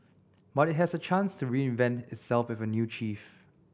but it has a chance to reinvent itself with a new chief